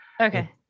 Okay